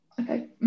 Okay